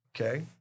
okay